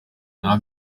nta